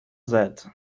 that